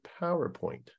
PowerPoint